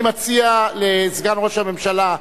אני מציע לסגן ראש הממשלה,